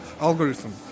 algorithm